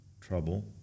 Trouble